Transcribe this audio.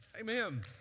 Amen